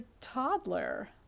toddler